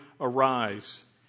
arise